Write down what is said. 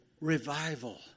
revival